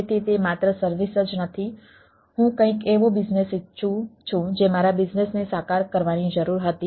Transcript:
તેથી તે માત્ર સર્વિસ જ નથી હું કંઈક એવો બિઝનેસ ઇચ્છું છું જે મારા બિઝનેસને સાકાર કરવાની જરૂર હતી